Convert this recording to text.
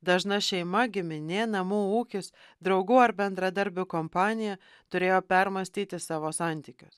dažna šeima giminė namų ūkis draugų ar bendradarbių kompanija turėjo permąstyti savo santykius